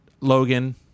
Logan